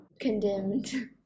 condemned